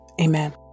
Amen